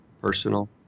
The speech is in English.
personal